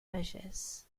pages